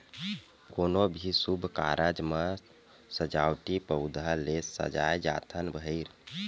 कोनो भी सुभ कारज म सजावटी पउधा ले सजाए जाथन भइर